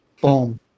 boom